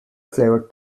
flavored